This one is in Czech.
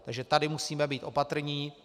Takže tady musíme být opatrní.